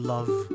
love